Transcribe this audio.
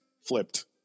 flipped